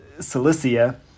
Cilicia